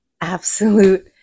absolute